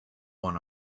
one